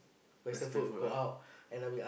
western food ah